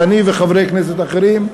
שאני וחברי כנסת אחרים,